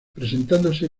presentándose